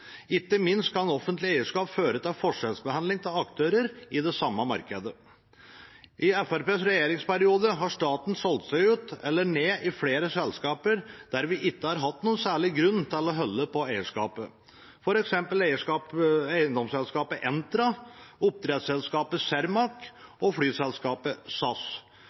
ikke minst kan offentlig eierskap føre til forskjellsbehandling av aktører i det samme markedet. I Fremskrittspartiets regjeringsperiode har staten solgt seg ut eller ned i flere selskaper der vi ikke har hatt noen særlig grunn til å holde på eierskapet, f.eks. eiendomsselskapet Entra, oppdrettsselskapet Cermaq og flyselskapet SAS.